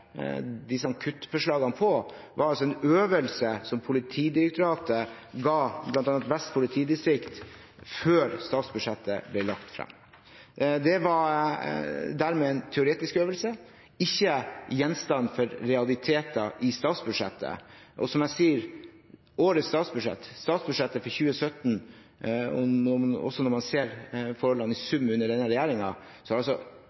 disse kuttforslagene på, var en øvelse som Politidirektoratet ga bl.a. Vest politidistrikt før statsbudsjettet ble lagt fram. Det var dermed en teoretisk øvelse og ikke gjenstand for realiteter i statsbudsjettet. Og som jeg sier, når det gjelder årets statsbudsjett – statsbudsjettet for 2017 – også når man ser forholdene i